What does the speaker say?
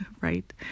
right